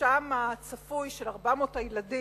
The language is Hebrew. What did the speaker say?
גירושם הצפוי של 400 הילדים,